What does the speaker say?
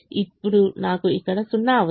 ఇప్పుడు నాకు ఇక్కడ 0 అవసరం